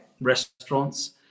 restaurants